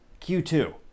q2